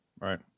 Right